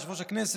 יושב-ראש הכנסת,